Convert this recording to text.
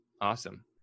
awesome